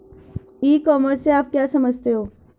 ई commerce से आप क्या समझते हो?